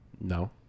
No